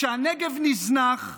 הנגב נזנח,